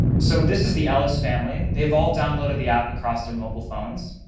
so this is the ellis family. they've all downloaded the app across their mobile phones.